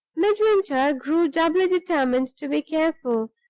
midwinter grew doubly determined to be careful,